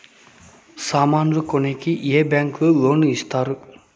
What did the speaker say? సామాన్లు కొనేకి ఏ బ్యాంకులు లోను ఇస్తారు?